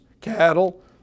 cattle